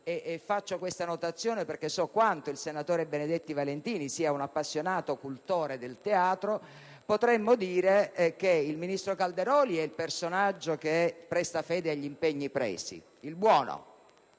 (faccio questa notazione perché so quanto il senatore Benedetti Valentini sia un appassionato cultore del teatro), potremmo dire che il ministro Calderoli è il personaggio che presta fede agli impegni presi: il buono,